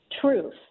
truth